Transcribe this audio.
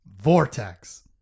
Vortex